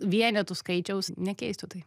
vienetų skaičiaus nekeistų tai